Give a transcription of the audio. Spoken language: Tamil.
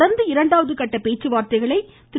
தொடர்ந்து இரண்டாவது கட்ட பேச்சுவார்த்தைகளை திரு